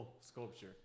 sculpture